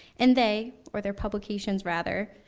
and they, or their publications rather,